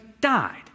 died